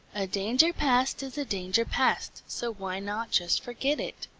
a danger past is a danger past, so why not just forget it?